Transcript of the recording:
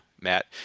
Matt